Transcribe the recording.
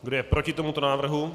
Kdo je proti tomuto návrhu?